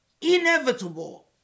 inevitable